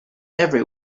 every